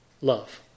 love